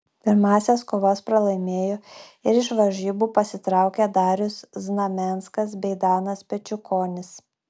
pirmąsias kovas pralaimėjo ir iš varžybų pasitraukė darius znamenskas bei danas pečiukonis